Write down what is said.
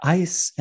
ice